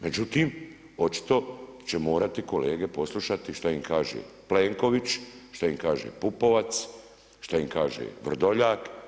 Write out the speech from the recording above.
Međutim, očito će morati kolege poslušati što im kaže Plenković, što im kaže Pupovac, što im kaže Vrdoljak.